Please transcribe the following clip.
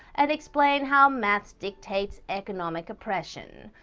and explain how math dictates economic oppression.